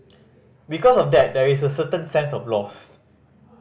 because of that there is a certain sense of loss